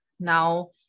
Now